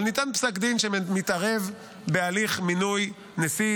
אבל ניתן פסק דין שמתערב בהליך מינוי נשיא